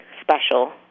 special